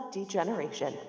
Degeneration